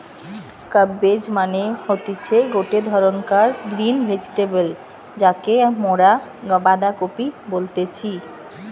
cabbage মানে হতিছে গটে ধরণকার গ্রিন ভেজিটেবল যাকে মরা বাঁধাকপি বলতেছি